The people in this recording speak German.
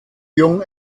jung